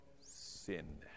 sin